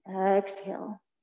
exhale